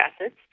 acids